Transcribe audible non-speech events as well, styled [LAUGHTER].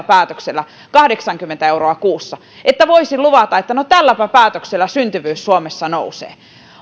[UNINTELLIGIBLE] päätöksellä kahdeksankymmentä euroa kuussa voisin luvata että no tälläpä päätöksellä syntyvyys suomessa nousee